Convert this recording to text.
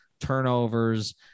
turnovers